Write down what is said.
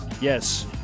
yes